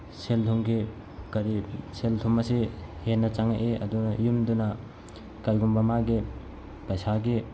ꯁꯦꯜꯊꯨꯝꯒꯤ ꯀꯔꯤ ꯁꯦꯜꯊꯨꯝ ꯑꯁꯤ ꯍꯦꯟꯅ ꯆꯪꯉꯛꯏ ꯑꯗꯨꯅ ꯌꯨꯝꯗꯨꯅ ꯀꯩꯒꯨꯝꯕ ꯃꯥꯒꯤ ꯄꯩꯁꯥꯒꯤ